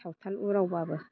सावथाल उरावब्लाबो